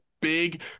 big